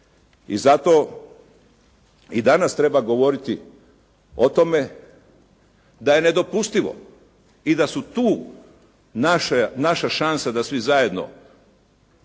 I zato i danas treba govoriti o tome da je nedopustivo i da su tu naša šansa da svi zajedno bez